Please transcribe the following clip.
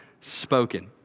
spoken